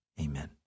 amen